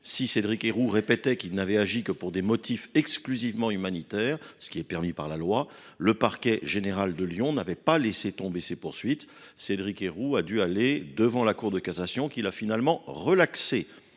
ci a eu beau répéter qu’il avait agi pour des motifs exclusivement humanitaires, ce qui est permis par la loi, le parquet général de Lyon n’avait pas laissé tomber ses poursuites. Il a donc dû se pourvoir devant la Cour de cassation, qui l’a finalement relaxé.